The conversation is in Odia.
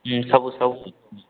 ସବୁ ସବୁ